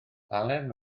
halen